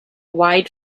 wide